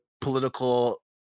political